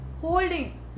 holding